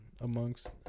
amongst